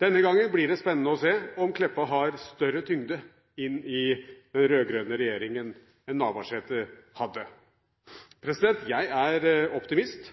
Denne gangen blir det spennende å se om Meltveit Kleppa har større tyngde inn i den rød-grønne regjeringen enn Navarsete hadde. Jeg er optimist.